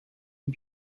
and